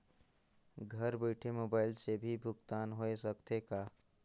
घर बइठे मोबाईल से भी भुगतान होय सकथे का?